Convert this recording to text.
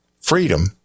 freedom